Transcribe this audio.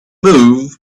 move